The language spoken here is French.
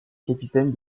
capitaine